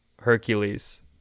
hercules